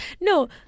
no